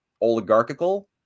oligarchical